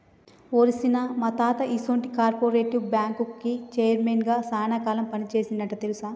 ఓరి సీన, మా తాత ఈసొంటి కార్పెరేటివ్ బ్యాంకుకి చైర్మన్ గా సాన కాలం పని సేసిండంట తెలుసా